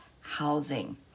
housing